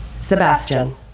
Sebastian